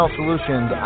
Solutions